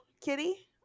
Kitty